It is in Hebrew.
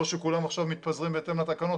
לא שכולם עכשיו מתפזרים בהתאם לתקנות,